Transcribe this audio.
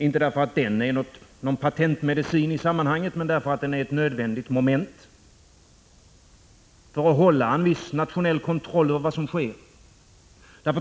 Inte för att den är någon patentmedicin i sammanhanget, men därför att den är ett nödvändigt moment för att hålla en viss nationell kontroll över vad som sker.